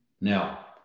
Now